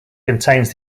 contains